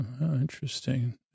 interesting